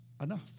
enough